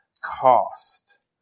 cost